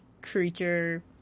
creature